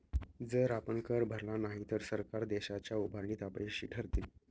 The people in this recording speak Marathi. जर आपण कर भरला नाही तर सरकार देशाच्या उभारणीत अपयशी ठरतील